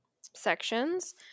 sections